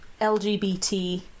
LGBT